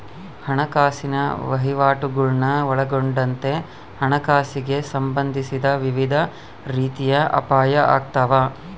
ಹಣಕಾಸಿನ ವಹಿವಾಟುಗುಳ್ನ ಒಳಗೊಂಡಂತೆ ಹಣಕಾಸಿಗೆ ಸಂಬಂಧಿಸಿದ ವಿವಿಧ ರೀತಿಯ ಅಪಾಯ ಆಗ್ತಾವ